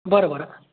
बरं बरं